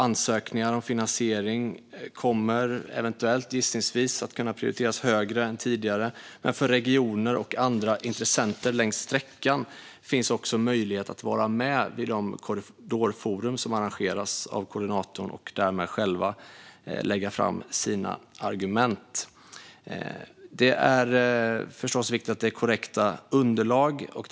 Ansökningar om finansiering kommer eventuellt, gissningsvis, att kunna prioriteras högre än tidigare. Men för regioner och andra intressenter längs sträckan finns också möjlighet att vara med vid de korridorforum som arrangeras av koordinatorn. Där kan de själva lägga fram sina argument. Det är förstås viktigt att underlagen är korrekta.